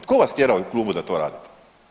Tko vas tjera u klubu da to radite?